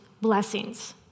blessings